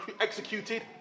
executed